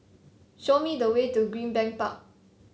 show me the way to Greenbank Park